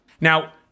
Now